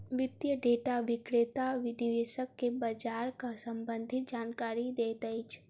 वित्तीय डेटा विक्रेता निवेशक के बजारक सम्भंधित जानकारी दैत अछि